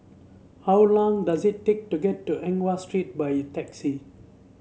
how long does it take to get to Eng Watt Street by taxi